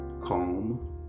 calm